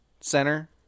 center